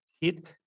hit